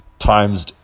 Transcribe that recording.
Times